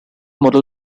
model